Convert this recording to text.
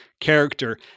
character